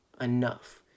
enough